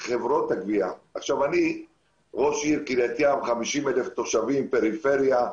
אני ראש עיר של קריית ים, 50,000 תושבים בפריפריה,